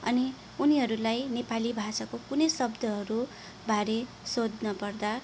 अनि उनीहरूलाई नेपाली भाषाको कुनै शब्दहरूबारे सोध्न पर्दा